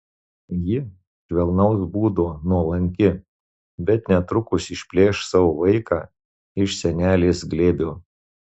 ji švelnaus būdo nuolanki bet netrukus išplėš savo vaiką iš senelės glėbio